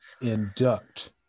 induct